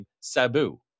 Sabu